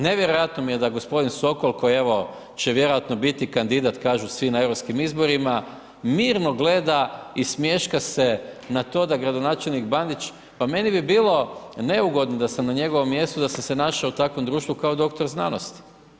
Nevjerojatno mi je da gospodin Sokol, koji evo će vjerojatno biti kandidat kažu svi na europskim izborima, mirno gleda i smješka se na to da gradonačelnik Bandić, pa meni bi bilo neugodno da sam na njegovom mjestu da sam se našao u takvom društvu kao doktor znanosti.